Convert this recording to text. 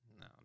no